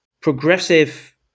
progressive